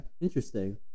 interesting